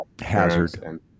Hazard